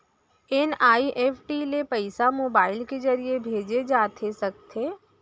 NEFT ले पइसा mobile के ज़रिए भेजे जाथे सकथे?